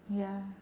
ya